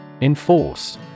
Enforce